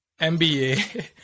MBA